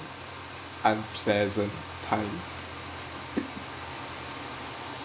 unpleasant time